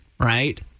Right